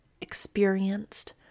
experienced